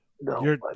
No